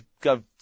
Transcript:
go